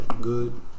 good